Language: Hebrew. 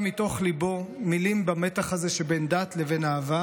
מתוך ליבו מילים במתח הזה שבין דת לבין אהבה,